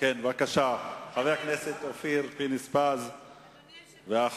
חבר הכנסת אופיר פינס-פז, בבקשה.